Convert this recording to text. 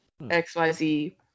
xyz